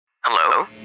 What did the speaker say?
Hello